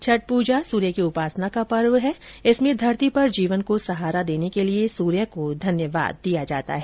छठ पूजा सूर्य की उपासना का पर्व है जिसमें धरती पर जीवन को सहारा देने के लिए सूर्य को धन्यवाद दिया जाता है